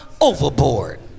overboard